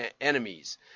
enemies